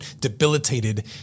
debilitated